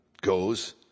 goes